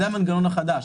זה המנגנון החדש,